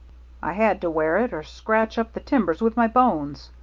i had to wear it or scratch up the timbers with my bones.